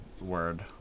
word